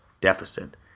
deficit